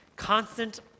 constant